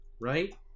right